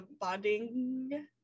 bonding